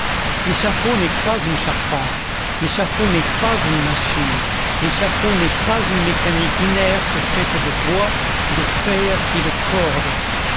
l'échafaud n'est pas une charpente l'échafaud n'est pas une machine l'échafaud n'est pas une mécanique inerte faite de bois de fer et de cordes